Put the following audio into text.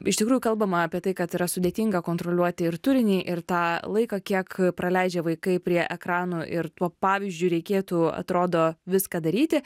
iš tikrųjų kalbama apie tai kad yra sudėtinga kontroliuoti ir turinį ir tą laiką kiek praleidžia vaikai prie ekranų ir tuo pavyzdžiu reikėtų atrodo viską daryti